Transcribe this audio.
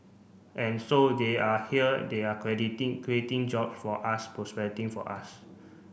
and so they are here they are creating jobs for us for us